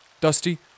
Dusty